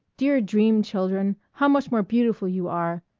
dear dream children, how much more beautiful you are,